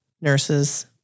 nurses